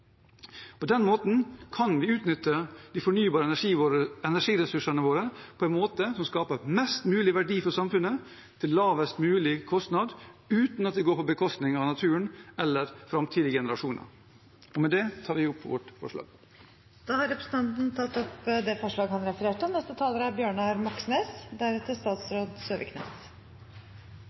på samfunnsøkonomisk lønnsomhet og innenfor rammen av en helhetlig, økosystembasert forvaltning. Slik kan vi utnytte de fornybare energiressursene våre på en måte som skaper størst mulig verdi for samfunnet, til en lavest mulig kostnad – uten at det går på bekostning av naturen eller framtidige generasjoner. Med dette tar jeg opp vårt forslag. Representanten Per Espen Stoknes har tatt opp det forslaget han refererte